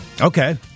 Okay